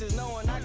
no one